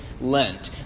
Lent